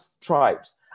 tribes